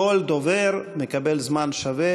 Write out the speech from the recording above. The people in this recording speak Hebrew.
כל דובר מקבל זמן שווה,